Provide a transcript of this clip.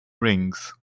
rings